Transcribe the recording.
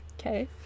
Okay